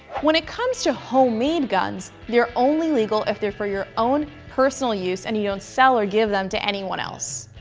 when it comes to homemade guns, they're only legal if they're for your own personal use and you don't sell or give them to anyone else.